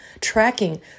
tracking